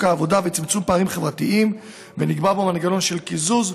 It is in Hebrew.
העבודה וצמצום פערים חברתיים ונקבע בו מנגנון של קיזוז,